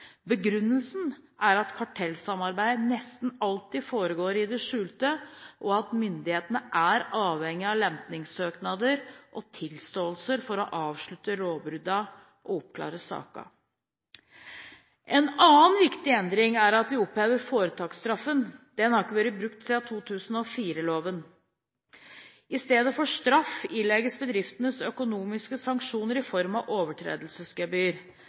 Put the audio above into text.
Begrunnelsen er at kartellsamarbeid nesten alltid foregår i det skjulte, og at myndighetene er avhengige av lempningssøknader og tilståelser for å avslutte lovbruddene og oppklare sakene. En annen viktig endring er at vi opphever foretaksstraffen. Den har ikke blitt brukt siden 2004-loven. Istedenfor straff ilegges bedriftene økonomiske sanksjoner i form av overtredelsesgebyr.